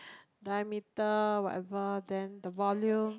diameter whatever then the volume